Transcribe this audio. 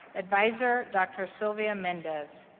advisor, dr. sylvia mendez.